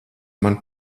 man